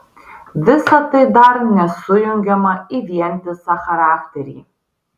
visa tai dar nesujungiama į vientisą charakterį